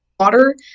water